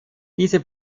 diese